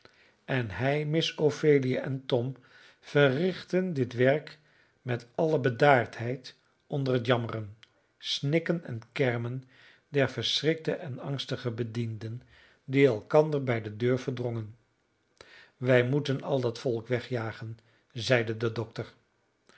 en hij miss ophelia en tom verrichtten dit werk met alle bedaardheid onder het jammeren snikken en kermen der verschrikte en angstige bedienden die elkander bij de deur verdrongen wij moeten al dat volk wegjagen zeide de dokter